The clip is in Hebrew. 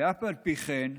ואף על פי כן,